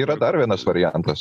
yra dar vienas variantas